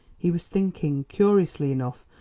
he was thinking, curiously enough,